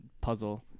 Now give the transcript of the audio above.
puzzle